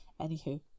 Anywho